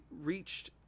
reached